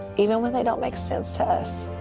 even when they don't make sense to us.